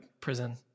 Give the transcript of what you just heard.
prison